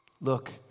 Look